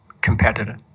competitor